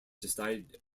decide